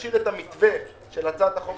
ולהשאיר את המתווה של הצעת החוק